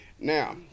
Now